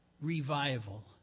revival